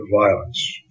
violence